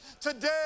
Today